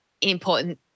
important